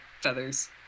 feathers